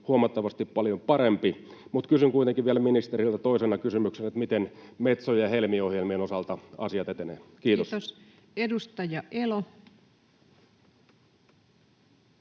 huomattavasti paljon parempi. Mutta kysyn kuitenkin vielä ministeriltä toisena kysymyksenä: miten Metso- ja Helmi-ohjelmien osalta asiat etenevät? — Kiitos. Kiitos. — Edustaja Elo.